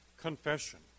confession